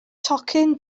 tocyn